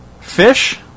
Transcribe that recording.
fish